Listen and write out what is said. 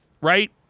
right